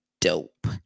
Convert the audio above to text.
dope